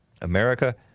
America